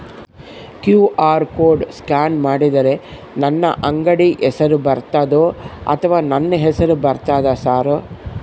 QR code scan ಮಾಡಿದರೆ ನನ್ನ ಅಂಗಡಿ ಹೆಸರು ಬರ್ತದೋ ಅಥವಾ ನನ್ನ ಹೆಸರು ಬರ್ತದ ಸರ್?